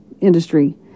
industry